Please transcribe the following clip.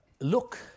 look